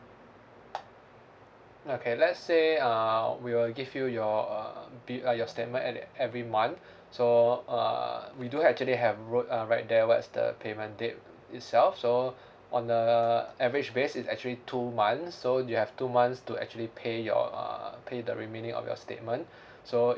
okay let's say uh we will give you your uh bi~ uh your statement at the every month so uh we do actually have wrote uh write there what's the payment date itself so on a average base is actually two months so you have two months to actually pay your uh pay the remaining of your statement so